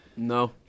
No